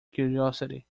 curiosity